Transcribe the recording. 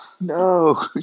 no